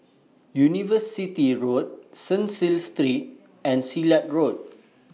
University Road Cecil Street and Silat Road